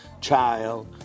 child